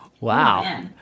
Wow